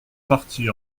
partie